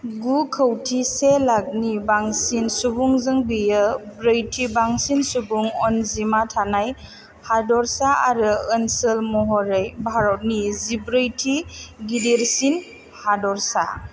गु खौथि से लाखनि बांसिन सुबुंजों बेयो ब्रैथि बांसिन सुबुं अनजिमा थानाय हादोरसा आरो ओनसोल महरै भारतनि जिब्रैथि गिदिरसिन हादरसा